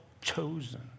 chosen